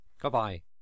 Goodbye